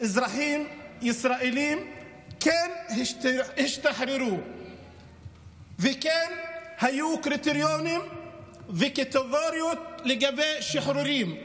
אזרחים ישראלים כן השתחררו וכן היו קריטריונים וקטגוריות לגבי שחרורים.